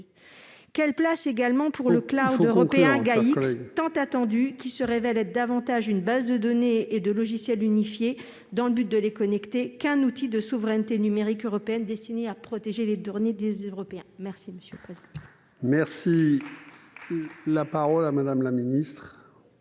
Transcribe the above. Quelle place également pour le européen Gaïa-X, tant attendu, qui se révèle être davantage une base de données et de logiciels unifiée dans le but de les connecter qu'un outil de souveraineté numérique européenne destiné à protéger les données des Européens ? La parole est à Mme la ministre